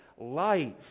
life